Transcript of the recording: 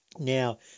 Now